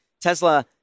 Tesla